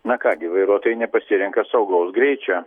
na ką gi vairuotojai nepasirenka saugaus greičio